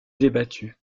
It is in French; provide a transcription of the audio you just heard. débattue